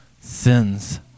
sins